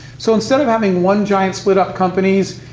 so instead of having one giant split up companies,